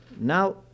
Now